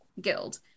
Guild